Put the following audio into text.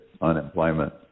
unemployment